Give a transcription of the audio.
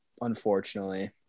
Unfortunately